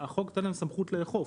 החוק נותן להן סמכות לאכוף,